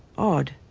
odd,